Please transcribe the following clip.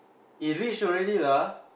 he reached already lah